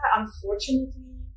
unfortunately